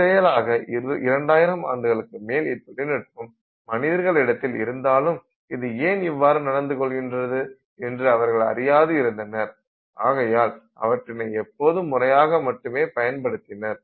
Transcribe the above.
தற்செயலாக 2000 ஆண்டுகளுக்கு மேல் இத்தொழில்நுட்பம் மனிதர்களிடத்தில் இருந்தாலும் இது ஏன் இவ்வாறு நடந்து கொள்கின்றது என்று அவர்கள் அறியாது இருந்தனர் ஆகையால் அவற்றினை எப்போதும் முறையாக மட்டுமே பயன்படுத்தினர்